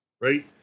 right